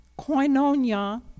koinonia